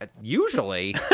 usually